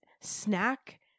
snack